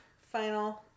final